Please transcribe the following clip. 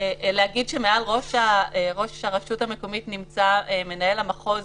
להגיד שמעל ראש הרשות המקומית נמצא הממונה על המחוז